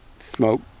Smoke